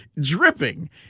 dripping